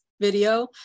video